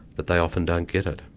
that they often don't get it.